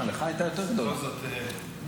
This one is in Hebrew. בכל זאת,